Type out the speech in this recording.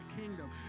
kingdom